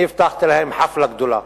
אני הבטחתי להם חאפלה גדולה.